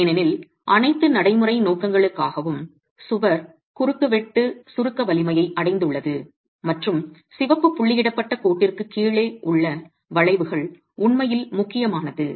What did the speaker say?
ஏனெனில் அனைத்து நடைமுறை நோக்கங்களுக்காகவும் சுவர் குறுக்குவெட்டு சுருக்க வலிமையை அடைந்துள்ளது மற்றும் சிவப்பு புள்ளியிடப்பட்ட கோட்டிற்கு கீழே உள்ள வளைவுகள் உண்மையில் முக்கியமானது